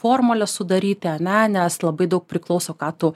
formulę sudaryti ane nes labai daug priklauso ką tu